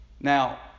Now